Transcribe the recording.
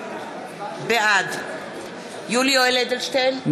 בעד יולי יואל אדלשטיין,